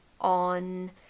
on